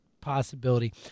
possibility